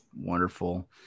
Wonderful